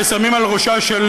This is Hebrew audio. והיו שמים על ראשה של